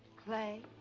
clay.